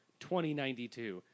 2092